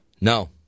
No